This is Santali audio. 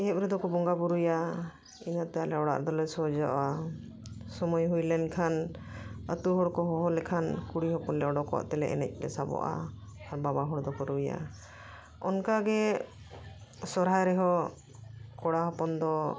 ᱮᱦᱚᱵ ᱨᱮᱫᱚᱠᱚ ᱵᱚᱸᱜᱟ ᱵᱩᱨᱩᱭᱟ ᱤᱱᱟᱹᱛᱮ ᱟᱞᱮ ᱚᱲᱟᱜ ᱫᱚᱞᱮ ᱥᱚᱦᱚᱡᱚᱜᱼᱟ ᱥᱳᱢᱳᱭ ᱦᱩᱭᱞᱮᱱ ᱠᱷᱟᱱ ᱟᱹᱛᱩ ᱦᱚᱲᱠᱚ ᱦᱚᱦᱚ ᱞᱮᱠᱷᱟᱱ ᱠᱩᱲᱤ ᱦᱚᱯᱚᱱᱞᱮ ᱚᱰᱚᱠᱚᱜ ᱛᱮᱞᱮ ᱮᱱᱮᱡ ᱞᱮ ᱥᱟᱵᱚᱜᱼᱟ ᱟᱨ ᱵᱟᱵᱟ ᱦᱚᱲ ᱫᱚᱠᱚ ᱨᱩᱭᱟ ᱚᱱᱠᱟᱜᱮ ᱥᱚᱦᱨᱟᱭ ᱨᱮᱦᱚᱸ ᱠᱚᱲᱟ ᱦᱚᱯᱚᱱ ᱫᱚ